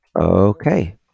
Okay